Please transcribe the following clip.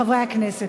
חברי הכנסת.